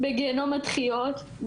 בגיהינום הדחיות,